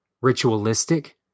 ritualistic